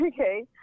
Okay